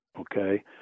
okay